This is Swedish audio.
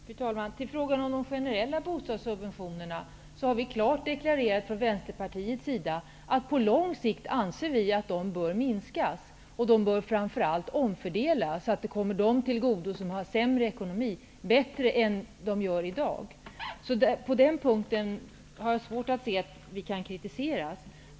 Fru talman! I frågan om de generella bostadssubventionerna har vi från Vänsterpartiets sida klart deklarerat att vi anser att de bör minskas på lång sikt. De bör framför allt omfördelas, så att de bättre än i dag kommer dem till godo som har sämre ekonomi. Därför tycker jag inte att vi kan kritiseras.